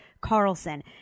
Carlson